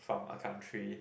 from a country